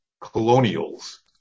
colonials